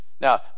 Now